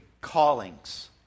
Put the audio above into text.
callings